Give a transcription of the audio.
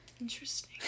Interesting